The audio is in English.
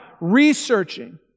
researching